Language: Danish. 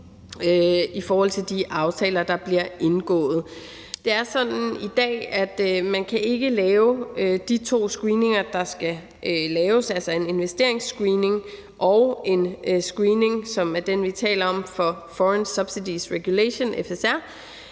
i forhold til de aftaler, der bliver indgået. Det er sådan i dag, at man ikke kan lave de to screeninger, der skal laves, altså en investeringsscreening og en screening, som er den, vi taler om, Foreign Subsidies Regulation, FSR,